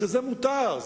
שזה מותר.